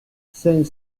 cinq